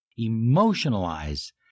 emotionalize